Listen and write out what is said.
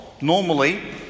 normally